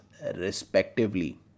respectively